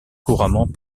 couramment